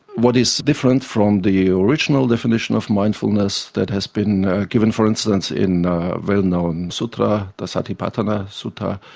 what is different from the original definition of mindfulness that has been given, for instance, in well-known sutta, the satipatthana sutta,